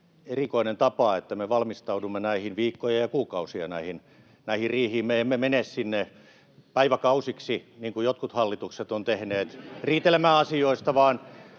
erikoinen tapa, että me valmistaudumme näihin riihiimme viikkoja ja kuukausia. Me emme mene sinne päiväkausiksi, niin kuin jotkut hallitukset ovat tehneet, riitelemään asioista,